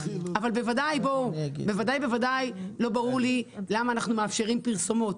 אבל בוודאי ובוודאי לא ברור לי למה אנחנו מאפשרים פרסומות,